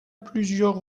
plusieurs